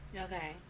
Okay